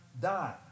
die